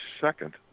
second